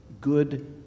good